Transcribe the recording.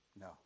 No